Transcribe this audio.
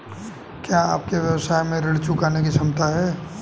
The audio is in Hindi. क्या आपके व्यवसाय में ऋण चुकाने की क्षमता है?